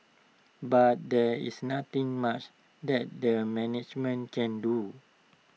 but there is nothing much that their management can do